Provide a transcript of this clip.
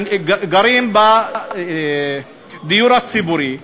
גם בדיור הציבורי,